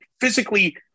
Physically